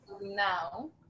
now